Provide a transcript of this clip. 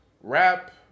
rap